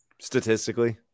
Statistically